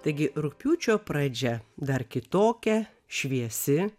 taigi rugpjūčio pradžia dar kitokia šviesi